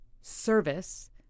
service